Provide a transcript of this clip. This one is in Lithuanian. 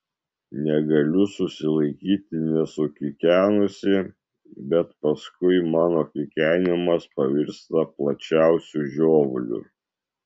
negaliu susilaikyti nesukikenusi bet paskui mano kikenimas pavirsta plačiausiu žiovuliu